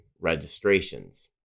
registrations